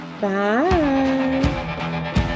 bye